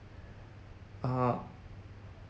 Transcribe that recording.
uh